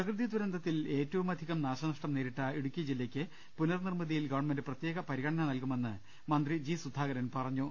പ്രകൃതി ദുരന്തത്തിൽ ഏറ്റവുമധികം നാശനഷ്ടം നേരിട്ട ഇടുക്കി ജില്ലക്ക് പുനർനിർമ്മി തി യിൽ ഗവൺമെന്റ് പ്രത്യേക പരിഗണന നൽകുമെന്ന് മന്ത്രി ജി സുധാകരൻ പറഞ്ഞു